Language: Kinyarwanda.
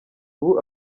ubu